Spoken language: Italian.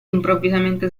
improvvisamente